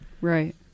right